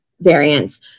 variants